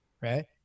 Right